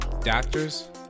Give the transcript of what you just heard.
Doctors